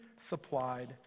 supplied